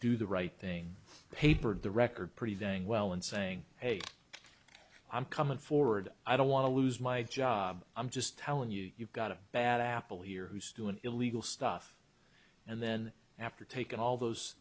do the right thing papered the record pretty dang well in saying hey i'm coming forward i don't want to lose my job i'm just telling you you've got a bad apple here who's doing illegal stuff and then after taking all those